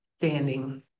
standing